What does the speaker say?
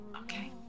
Okay